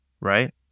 right